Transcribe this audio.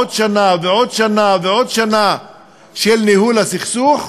עוד שנה ועוד שנה ועוד שנה של ניהול הסכסוך,